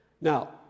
Now